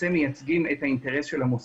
לכן הגעתי לדיון כדי לומר את הדברים,